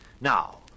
Now